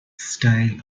style